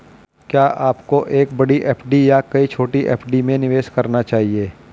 क्या आपको एक बड़ी एफ.डी या कई छोटी एफ.डी में निवेश करना चाहिए?